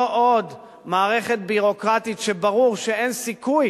לא עוד מערכת ביורוקרטית שברור שאין סיכוי